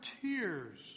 tears